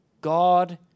God